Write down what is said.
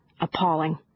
Appalling